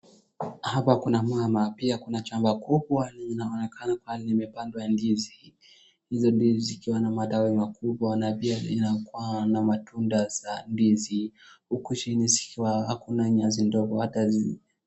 Hapa kuna mama, pia kuna shamba kubwa linaonekana pale limepandwa ndizi. Hizo ndizi zikiwa na matawi makubwa na pia zinakuwa na matunda za ndizi, huku chini zikiwa hakuna nyasi ndogo.